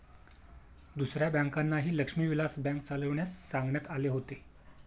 दुसऱ्या बँकांनाही लक्ष्मी विलास बँक चालविण्यास सांगण्यात आले होते